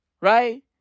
Right